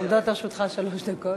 עומדות לרשותך שלוש דקות.